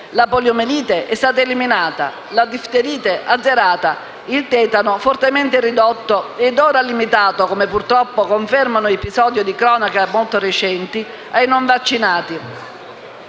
la poliomielite è stata eliminata, la difterite azzerata, il tetano fortemente ridotto ed ora limitato, come purtroppo confermano episodi di cronaca molto recenti, ai non vaccinati.